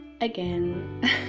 again